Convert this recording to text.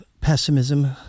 pessimism